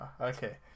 okay